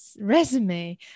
resume